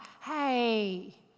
hey